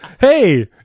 Hey